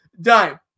Dime